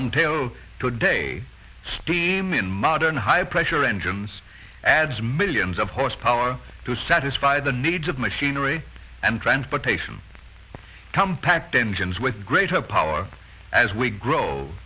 until today steam in modern high pressure engines adds millions of horsepower to satisfy the needs of machinery and transportation compact engines with greater power as we grow